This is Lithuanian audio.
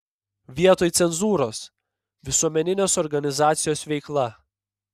vietoj cenzūros visuomeninės organizacijos veikla